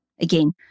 Again